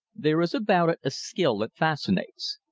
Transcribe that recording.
there is about it a skill that fascinates.